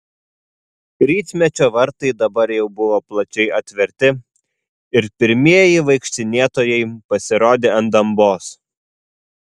rytmečio vartai dabar jau buvo plačiai atverti ir pirmieji vaikštinėtojai pasirodė ant dambos